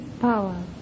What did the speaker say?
power